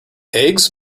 eggs